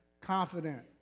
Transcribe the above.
confident